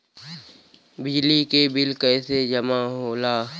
बिजली के बिल कैसे जमा होला?